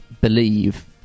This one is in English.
believe